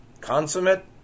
Consummate